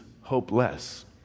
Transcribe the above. hopeless